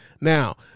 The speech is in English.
Now